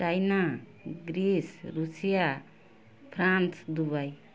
China Greece Russia France Dubai